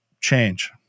change